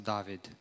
David